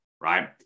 right